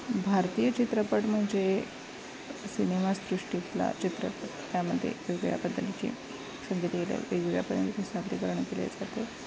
भारतीय चित्रपट म्हणजे सिनेमा सृष्टीतला चित्रपट त्यामध्ये वेगवेगळ्या पद्धतीची संगीत दिला वेगवेगळ्या पद्धतीने सादरीकरण केले जाते